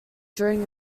during